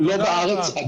לא בארץ.